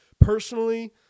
Personally